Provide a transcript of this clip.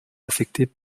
affectées